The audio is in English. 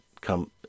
come